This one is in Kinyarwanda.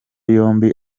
yombi